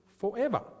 forever